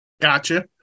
Gotcha